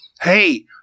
Hey